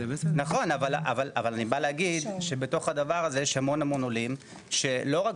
אני בא להגיד שבתוך הדבר הזה יש המון עולים שלא רק